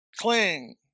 Cling